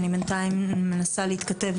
אני בינתיים מנסה להתכתב,